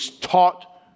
taught